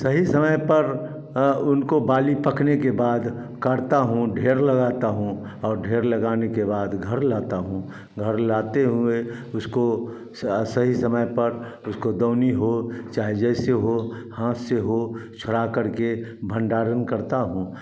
सही समय पर उनको बाली पकने के बाद काढ़ता हूँ ढ़ेर लगाता हूँ और ढ़ेर लगाने के बाद घर लाता हूँ घर लाते हुए उसको सही समय पर उसको दौनी हो चाहे जैसे हो हाथ से हो छुड़ाकर के भंडारण करता हूँ